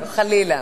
חלילה.